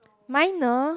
minor